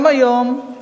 גם היום,